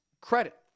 credit